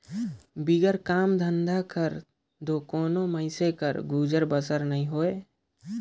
बिगर काम धंधा कर दो कोनो मइनसे कर गुजर बसर नी होए